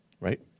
Right